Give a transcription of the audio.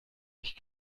ich